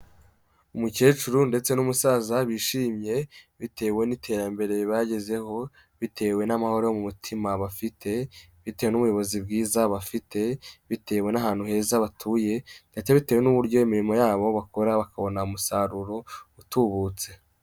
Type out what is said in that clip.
Umukecuru ndetse n'umusaza bishimye, bitewe n'iterambere bagezeho, bitewe n'amahoro yo mu mutima bafite, bitewe n'ubuyobozi bwiza bafite, bitewe n'ahantu heza batuye ndetse bitewe n'uburyo imirimo yabo bakora bakabona umusaruro utubutse.